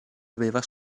aveva